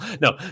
No